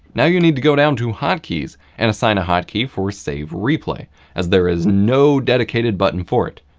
now you need to go down to hotkeys and assign a hotkey for save replay as there is no dedicated button for it.